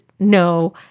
No